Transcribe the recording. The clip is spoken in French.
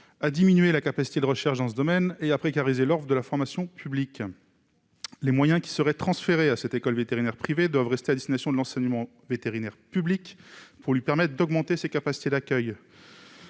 à diminuer la capacité de recherche dans ce domaine et à précariser l'offre de formation publique. Les moyens qui seraient transférés à cette école vétérinaire privée doivent rester destinés à l'enseignement vétérinaire public, pour lui permettre d'augmenter ses capacités d'accueil.